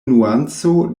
nuanco